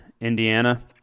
Indiana